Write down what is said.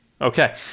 Okay